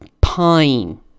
Pine